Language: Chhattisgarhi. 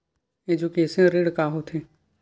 एजुकेशन ऋण का होथे?